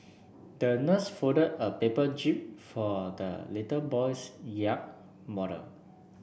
the nurse folded a paper jib for the little boy's yacht model